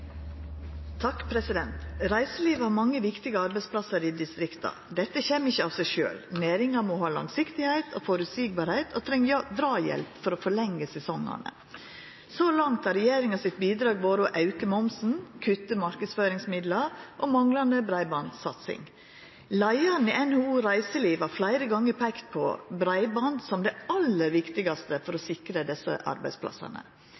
har mange viktige arbeidsplassar i distrikta. Dette kjem ikkje av seg sjølv. Næringa må ha langsiktigheit og forutsigbarheit, og treng drahjelp for å forlenge sesongane. Så langt har regjeringa sitt bidrag vore å auke momsen, kutte marknadsføringsmidlar, og manglande breibandssatsing. Leiaren i NHO Reiseliv har fleire gonger peikt på breiband som det aller viktigaste for å sikre desse arbeidsplassane.